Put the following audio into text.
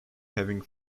having